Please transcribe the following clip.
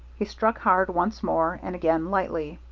he struck hard once more and again lightly.